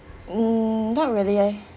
mm not really eh